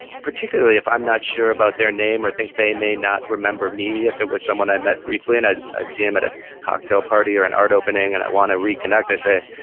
particularly if i'm not sure about their name or think they may not remember me, if it was someone i met briefly and i see him at a cocktail party or an art opening and i want to reconnect, i say,